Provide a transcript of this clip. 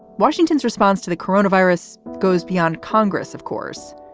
washington's response to the coronavirus goes beyond congress, of course.